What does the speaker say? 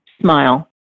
smile